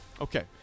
Okay